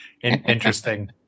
Interesting